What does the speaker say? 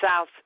South